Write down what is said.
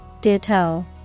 Ditto